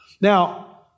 Now